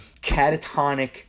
catatonic